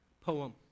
poem